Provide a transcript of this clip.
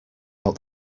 out